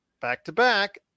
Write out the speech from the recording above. back-to-back